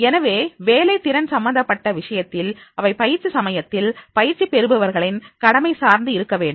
எனவே வேலை திறன் சம்பந்தப்பட்ட விஷயத்தில் அவை பயிற்சி சமயத்தில் பயிற்சி பெறுபவர்களின் கடமை சார்ந்து இருக்க வேண்டும்